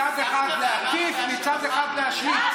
מצד אחד להתקיף, מצד אחד להשמיץ.